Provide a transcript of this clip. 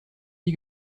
wie